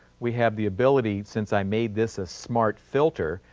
we have the ability since i made this a smart filter,